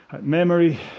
Memory